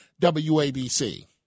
WABC